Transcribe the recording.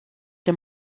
dem